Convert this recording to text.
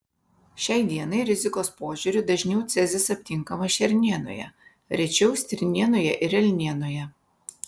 šiai dienai rizikos požiūriu dažniau cezis aptinkamas šernienoje rečiau stirnienoje ir elnienoje